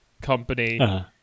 company